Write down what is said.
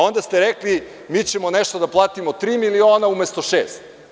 Onda ste rekli – mi ćemo nešto da platimo tri miliona umesto šest.